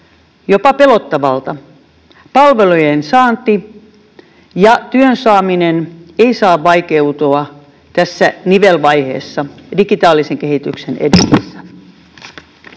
jopa pelottavana. Palvelujen saanti ja työn saaminen eivät saa vaikeutua tässä nivelvaiheessa digitaalisen kehityksen edistyessä.